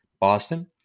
Boston